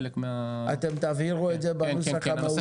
אתם תבהירו את זה בנוסח המעודכן?